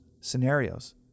scenarios